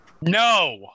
No